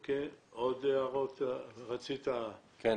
בבקשה.